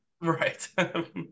right